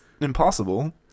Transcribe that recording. impossible